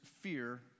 fear